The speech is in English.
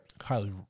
Highly